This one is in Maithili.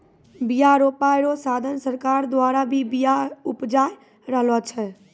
बिया रोपाय रो साधन सरकार द्वारा भी बिया उपजाय रहलो छै